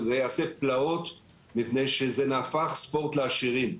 וזה יעשה פלאות מפני שזה נהפך ספורט לעשירים.